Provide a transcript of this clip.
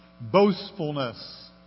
boastfulness